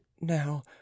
now